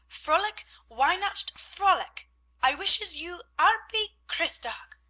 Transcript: frohlich weinacht! frohlich i wishes you arpy christtag!